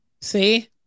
See